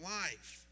life